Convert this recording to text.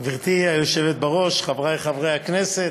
גברתי היושבת בראש, חברי חברי הכנסת,